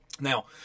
Now